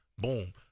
Boom